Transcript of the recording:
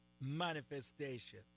manifestation